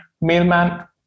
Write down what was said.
Mailman